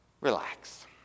relax